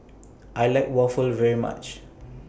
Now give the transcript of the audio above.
I like Waffle very much